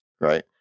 right